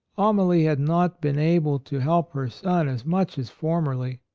amalie had not been able to help her son as much as for merly.